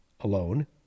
alone